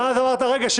חמש מילים ואז אמרת: רגע,